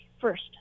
first